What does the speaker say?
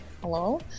Hello